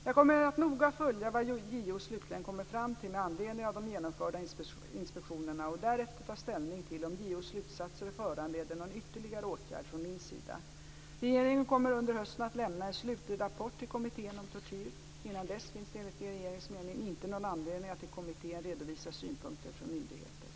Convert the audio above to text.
Jag kommer att noga följa vad JO slutligen kommer fram till med anledning av de genomförda inspektionerna och därefter ta ställning till om JO:s slutsatser föranleder någon ytterligare åtgärd från min sida. Regeringen kommer under hösten att lämna en slutlig rapport till Kommittén mot tortyr. Innan dess finns det enligt regeringens mening inte någon anledning att till kommittén redovisa synpunkter från myndigheter.